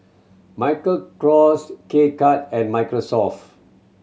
Michael Kors K Cut and Microsoft